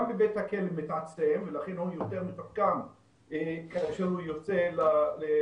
גם בבית הכלא הוא מתעצם ולכן הוא יותר מתוחכם כאשר הוא יוצא לקהילה,